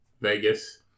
Vegas